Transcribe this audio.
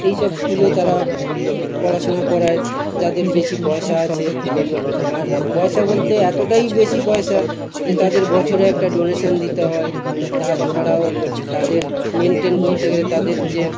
এইসব স্কুলে তারা পড়াশোনা করায় যাদের বেশি পয়সা আছে আর পয়সা বলতে এতটাই বেশি পয়সা যে তাদের বছরে একটা ডোনেশন দিতে হয় তাছাড়াও তাদের মেন্টেন করতে গেলে তাদের যে